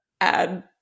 Add